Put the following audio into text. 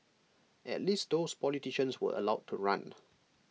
at least those politicians were allowed to run